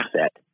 asset